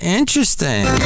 interesting